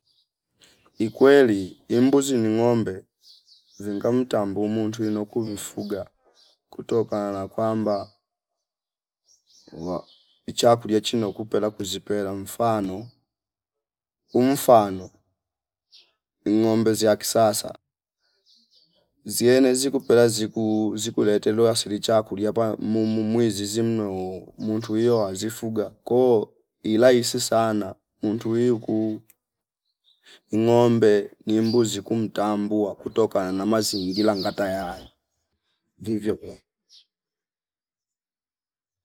Ikweli imbuzi ni ngombe zi nkamta mbumu twino kuvifuga kutokana na kwamba waa ichakulia chino kupela kuzipela mfano umfano ngomba za kisasa ziene zikupela ziku- zikulete ddoa sili chakulia bwa mumu mwizi zimnwo mutwia wa zifuga ko ilaisi sana muntui kuu, ngombe ni mbuzi kumtambua kutokana na mazingira ngata ya vivyo kwe